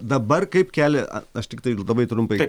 dabar kaip kelia a aš tiktai labai trumpai